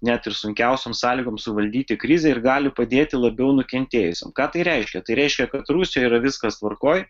net ir sunkiausiom sąlygom suvaldyti krizę ir gali padėti labiau nukentėjusiem ką tai reiškia tai reiškia kad rusijoje yra viskas tvarkoj